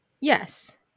Yes